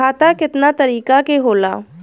खाता केतना तरीका के होला?